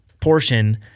portion